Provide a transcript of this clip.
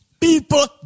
people